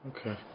Okay